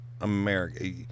America